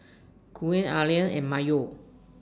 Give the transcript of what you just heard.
Quinn Allie and Mayo